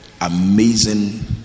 amazing